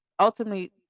Ultimately